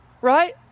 Right